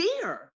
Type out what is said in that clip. fear